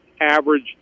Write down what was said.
average